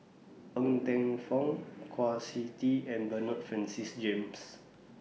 Ng Teng Fong Kwa Siew Tee and Bernard Francis James